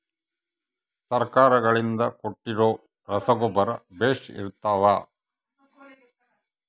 ಸರ್ಕಾರಗಳಿಂದ ಕೊಟ್ಟಿರೊ ರಸಗೊಬ್ಬರ ಬೇಷ್ ಇರುತ್ತವಾ?